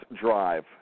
drive